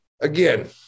again